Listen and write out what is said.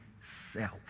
self